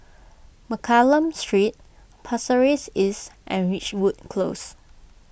Mccallum Street Pasir Ris East and Ridgewood Close